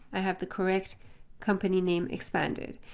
i have the correct company name expanded.